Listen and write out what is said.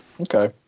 Okay